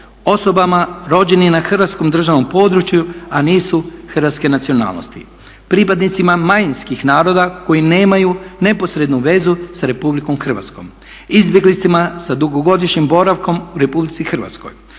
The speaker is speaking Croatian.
osobama rođenih na hrvatskom državnom području, a nisu hrvatske nacionalnosti, pripadnicima manjinskih naroda koji nemaju neposrednu vezu s RH, izbjeglicama sa dugogodišnjim boravkom u RH,